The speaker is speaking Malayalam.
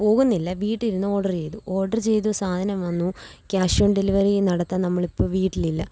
പോകുന്നില്ല വീട്ടിലിരുന്നു ഓർഡർ ചെയ്തു ഓർഡർ ചെയ്തു സാധനം വന്നു ക്യാഷ് ഓൺ ഡെലിവറി നടത്താൻ നമ്മളിപ്പോള് വീട്ടിൽ ഇല്ല